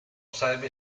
sarebbe